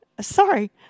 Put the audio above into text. sorry